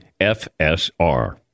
FSR